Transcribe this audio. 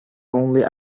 only